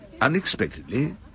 unexpectedly